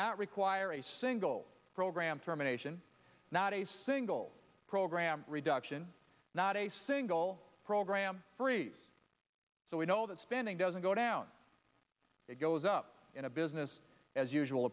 not require a single program terminations not a single program reduction not a single program freeze so we know that spending doesn't go down it goes up in a business as usual